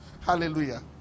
Hallelujah